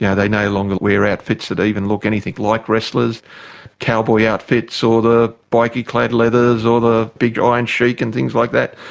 yeah they no longer wear outfits that even look anything like wrestlers cowboy outfits or the bikie clad leathers or the big iron sheik and things like that.